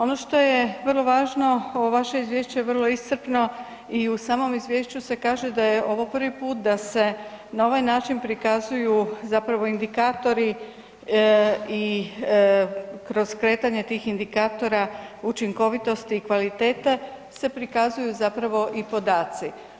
Ono što je vrlo važno, ovo vaše izvješće je vrlo iscrpno i u samom izvješću se kaže da je ovo prvi put da se na ovaj način prikazuju zapravo indikatori i kroz kretanje tih indikatora učinkovitosti i kvalitete se prikazuju zapravo i podaci.